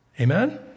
Amen